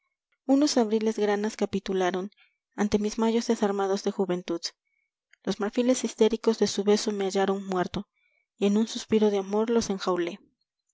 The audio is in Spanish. unos abriles granas capitularon ante mis mayos desarmados de juventud los marfiles histéricos de su beso me hallaron muerto y en un suspiro de amor los enjaulé